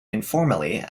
informally